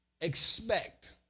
Expect